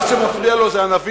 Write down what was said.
מה שמפריע לו זה "הנביא".